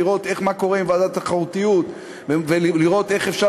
לראות מה קורה עם ועדת התחרותיות ולראות איך אפשר